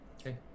okay